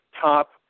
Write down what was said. top